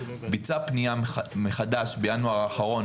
בוצעה פנייה מחדש בינואר האחרון,